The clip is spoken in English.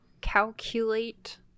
calculate